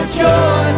joy